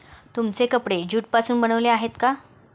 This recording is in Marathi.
तुमचे कपडे ज्यूट पासून बनलेले आहेत का?